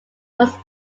was